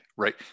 right